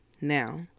Now